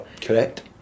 Correct